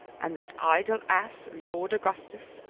and that idle ass lord augustus,